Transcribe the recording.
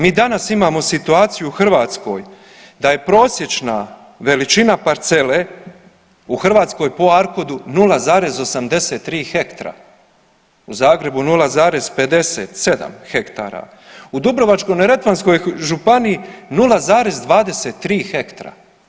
Mi danas imamo situaciju u Hrvatskoj da je prosječna veličina parcele u Hrvatskoj po ARKOD-u 0,83 hektra, u Zagrebu 0,57 hektara, u Dubrovačko-neretvanskoj županiji 0,23 hektra.